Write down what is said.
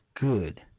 good